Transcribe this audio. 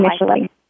initially